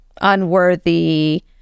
unworthy